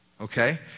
Okay